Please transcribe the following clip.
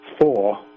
four